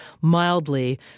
mildly